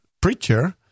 preacher